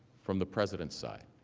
from the president's side.